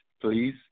please